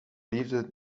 liefde